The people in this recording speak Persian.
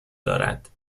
دارد